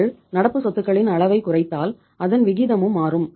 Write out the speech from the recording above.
நீங்கள் நடப்பு சொத்துக்களின் அளவை குறைத்தால் அதன் விகிதமும் மாறும்